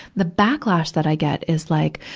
the backlash that i get is like,